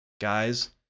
Guys